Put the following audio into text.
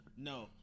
No